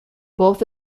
both